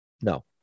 No